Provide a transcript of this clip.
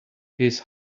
his